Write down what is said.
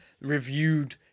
reviewed